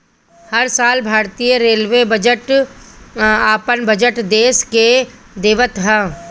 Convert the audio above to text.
हर साल भारतीय रेलवे अपन बजट देस के देवत हअ